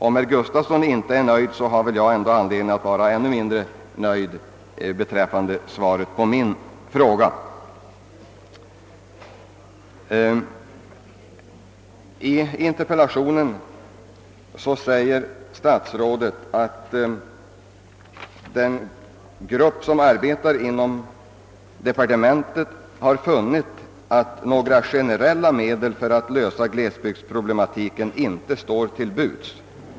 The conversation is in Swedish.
Om herr Gustafsson inte är nöjd med svaret, har väl jag ännu mindre anledning att vara nöjd med svaret på min fråga. I interpellationssvaret säger statsrådet, att den grupp som arbetar inom departementet har funnit, att några generella medel för att lösa glesbygdsproblematiken inte står till buds.